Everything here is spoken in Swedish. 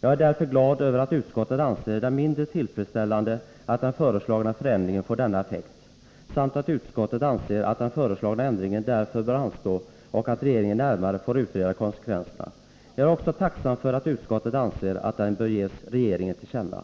Jag är därför glad över att utskottet anser det mindre tillfredsställande att den föreslagna ändringen får denna effekt samt att det anser att den föreslagna ändringen därför bör anstå och att regeringen närmare får utreda konsekvenserna. Jag är också tacksam för att utskottet anser att detta bör ges regeringen till känna.